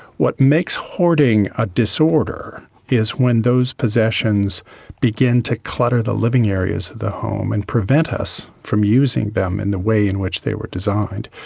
what makes hoarding a disorder is when those possessions begin to clutter the living areas of the home and prevent us from using them in the way in which they were designed,